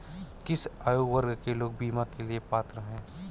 किस आयु वर्ग के लोग बीमा के लिए पात्र हैं?